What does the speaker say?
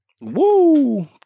Woo